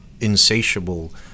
insatiable